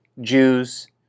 Jews